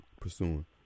pursuing